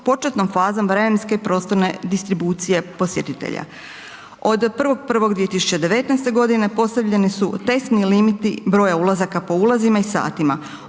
početnom fazom vremenske i prostorne distribucije posjetitelja. Od 1.1.2019. g. postavljeni su testni limiti broja ulazaka po ulazima i satima,